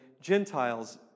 Gentiles